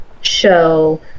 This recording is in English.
show